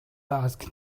ask